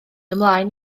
ymlaen